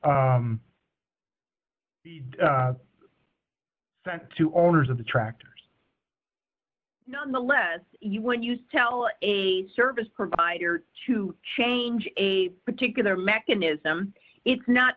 u sent to owners of the tractors nonetheless you when you tell a service provider to change a particular mechanism it's not